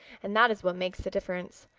and that is what makes the difference.